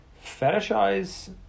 fetishize